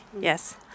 yes